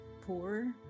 poor